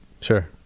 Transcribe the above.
Sure